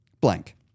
blank